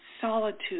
solitude